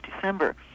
December